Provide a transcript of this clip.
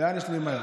לאן יש לי למהר?